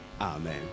Amen